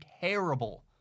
terrible